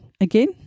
again